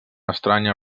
estranya